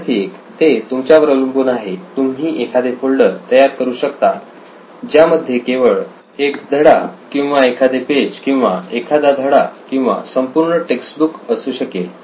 विद्यार्थी 1 ते तुमच्यावर अवलंबून आहे तुम्ही एखादे फोल्डर तयार करू शकता ज्यामध्ये केवळ एक धडा किंवा एखादे पेज किंवा एखादा धडा किंवा संपूर्ण टेक्स्टबुक असू शकेल